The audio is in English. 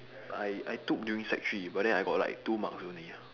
I I took during sec three but then I got like two marks only